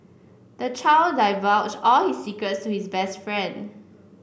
the child divulged all his secrets to his best friend